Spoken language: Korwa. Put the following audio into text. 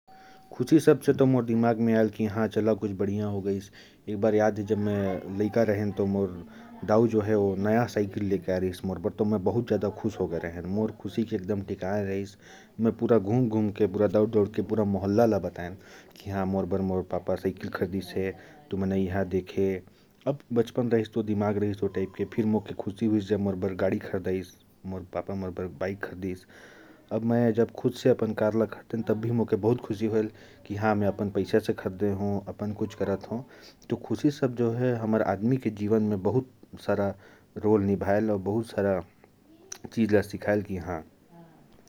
"खुशी" शब्द की बात आए तो, मुझे याद आता है। कि एक बार मेरे दाऊ ने मेरे लिए साइकिल खरीदकर दी थी, तो मैं बहुत खुश हो गया था। फिर बाइक आई, तो भी खुश हो गया। और जब कार खरीद ली, तो बहुत खुश हुए। "खुशी" शब्द बहुत सारी चीजों में अपनी भूमिका निभाता है।